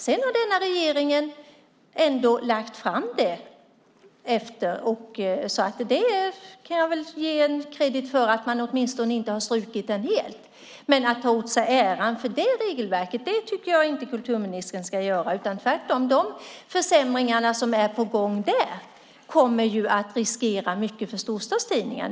Sedan har denna regering ändå lagt fram detta, och jag kan väl ge credit för att man åtminstone inte har strukit detta helt. Men jag tycker inte att det är kulturministern som ska ta åt sig äran för det regelverket. Tvärtom kommer de försämringar som är på gång där att riskera mycket för storstadstidningar.